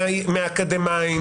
מהאקדמאים,